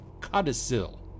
codicil